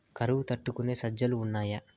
కరువు తట్టుకునే సజ్జలు ఉన్నాయా